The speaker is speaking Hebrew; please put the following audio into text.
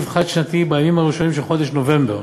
חד-שנתי בימים הראשונים של חודש נובמבר,